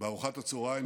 בארוחת הצוהריים,